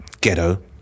Ghetto